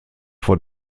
vor